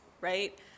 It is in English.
right